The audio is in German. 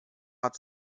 hat